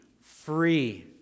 free